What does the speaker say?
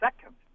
second